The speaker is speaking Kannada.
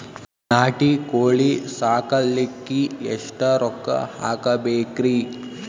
ನಾಟಿ ಕೋಳೀ ಸಾಕಲಿಕ್ಕಿ ಎಷ್ಟ ರೊಕ್ಕ ಹಾಕಬೇಕ್ರಿ?